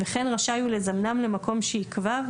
וכן רשאי הוא לזמנם למקום שייקבע,